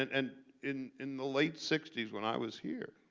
and and in in the late sixty s when i was here,